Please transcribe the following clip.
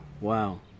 Wow